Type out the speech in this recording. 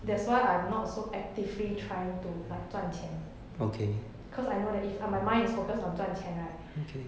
that's what I'm not so actively trying to like 赚钱 cause I know that if on my mind is focus on 赚钱